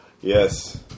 Yes